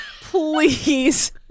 Please